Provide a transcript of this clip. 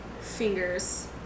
fingers